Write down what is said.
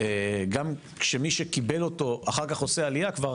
שגם כשמי שקיבל אותו אחר כך עושה עלייה כבר